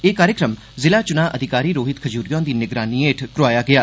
एह कार्यक्रम जिला चुनांऽ अधिकारी रोहित खजूरिया हुंदी निगरानी हेठ करोआया गेआ